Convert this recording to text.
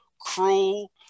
cruel